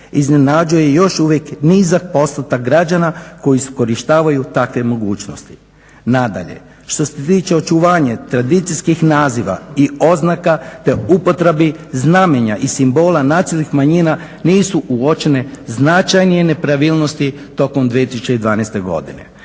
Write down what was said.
iznenađuje još uvijek nizak postotak građana koji su iskorištavaju takve mogućnosti. Nadalje, što se tiče očuvanja tradicijskih naziva i oznaka te upotrebi znamenja i simbola nacionalnih manjina, nisu uočene značajnije nepravilnosti tokom 2012. godine.